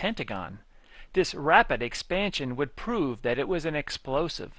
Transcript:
pentagon this rapid expansion would prove that it was an explosive